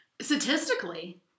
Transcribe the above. Statistically